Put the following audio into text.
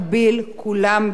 כולם ביחד,